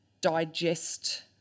digest